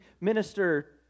minister